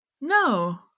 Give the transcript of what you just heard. No